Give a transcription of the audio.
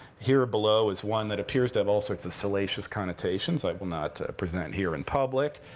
here, below, is one that appears to have all sorts of salacious connotations i will not present here in public.